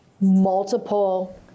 multiple